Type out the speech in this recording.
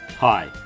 Hi